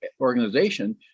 organization